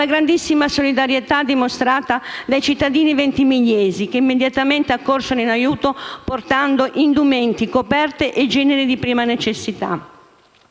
grandissima solidarietà dimostrata dai cittadini ventimigliesi, che immediatamente accorsero in aiuto, portando indumenti, coperte e generi di prima necessità.